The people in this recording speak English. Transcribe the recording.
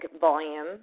volume